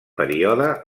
període